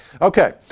Okay